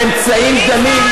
באמצעים דלים,